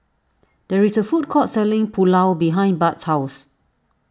there is a food court selling Pulao behind Bud's house